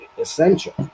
essential